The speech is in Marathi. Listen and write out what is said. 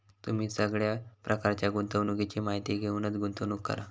तुम्ही सगळ्या प्रकारच्या गुंतवणुकीची माहिती घेऊनच गुंतवणूक करा